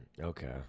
okay